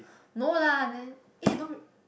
no lah then eh don't